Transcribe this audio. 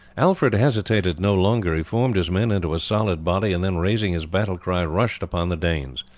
alfred hesitated no longer he formed his men into a solid body, and then, raising his battle cry, rushed upon the danes.